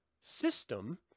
system